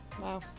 Wow